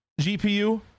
...GPU